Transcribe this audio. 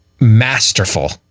masterful